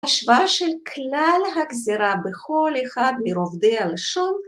‫השוואה של כלל הגזירה ‫בכל אחד מרובדי הלשון.